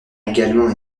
également